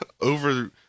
over